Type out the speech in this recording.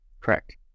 Correct